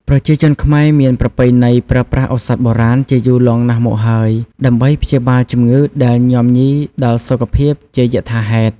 ប្រជាជនខ្មែរមានប្រពៃណីប្រើប្រាស់ឱសថបុរាណជាយូរលង់ណាស់មកហើយ ដើម្បីព្យាបាលជំងឺដែលញាំញីដល់សុខភាពជាយថាហេតុ។